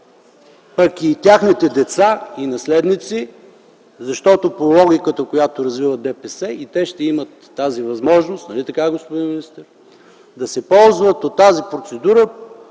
пък и техните деца и наследници, защото по логиката, която развива ДПС, и те ще имат тази възможност - нали така, господин министър, да се ползват от тази процедура,